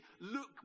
look